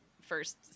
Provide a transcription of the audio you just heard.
first